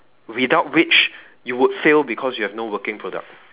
without which you would fail because you have no working product